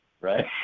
Right